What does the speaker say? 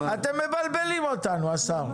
אתם מבלבלים אותנו, השר.